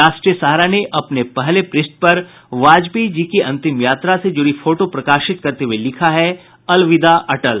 राष्ट्रीय सहारा ने अपने पहले पृष्ठ पर वाजपेयी जी की अंतिम यात्रा से जुड़ी फोटो प्रकाशित करते हुये लिखा है अलविदा अटल